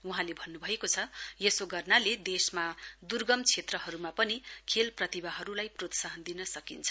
वहाँले भन्नुभएको छ यसो गर्नाले देशमा दुर्गम क्षेत्रहरुमा पनि खेल प्रतिभाहरुलाई प्रोत्साहन दिन सकिन्छ